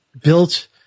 built